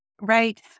Right